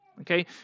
Okay